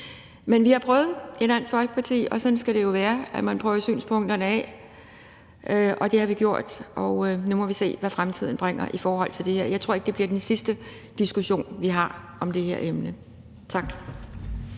Men vi har i Dansk Folkeparti prøvet, og sådan skal det jo være, altså at man prøver synspunkterne af, og det har vi gjort, og nu må vi se, hvad fremtiden bringer i forhold til det her. Jeg tror ikke, det bliver den sidste diskussion, vi har om det her emne. Tak.